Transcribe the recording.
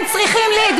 איך?